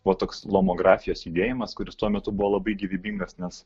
buvo toks lomografijos judėjimas kuris tuo metu buvo labai gyvybingas nes